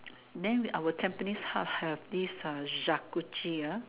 than our Tampines-hub have this Jacuzzi